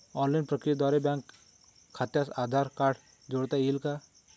Online प्रक्रियेद्वारे bank खात्यास Aadhaar card जोडता येईल का?